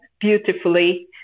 beautifully